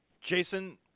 Jason